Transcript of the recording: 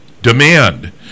demand